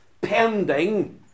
Pending